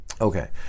Okay